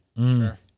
Sure